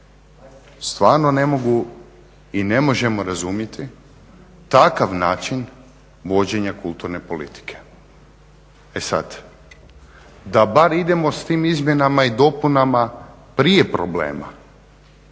Stvarno ne mogu i ne možemo razumjeti takav način vođenja kulturne politike. e sada da bar idemo s tim izmjenama i dopunama prije problema